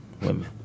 women